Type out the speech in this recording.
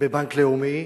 בבנק לאומי.